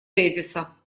тезиса